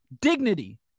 dignity